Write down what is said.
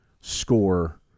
score